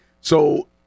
So-